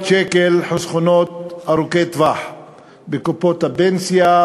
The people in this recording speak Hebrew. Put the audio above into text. שקל חסכונות ארוכי טווח בקופות הפנסיה,